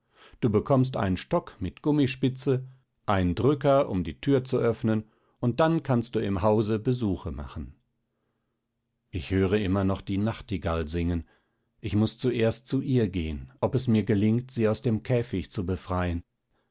du bekommst einen stock mit gummispitze einen drücker um die tür zu öffnen und dann kannst du im hause besuche machen ich höre immer noch die nachtigall singen ich muß zuerst zu ihr gehen ob es mir gelingt sie aus dem käfig zu befreien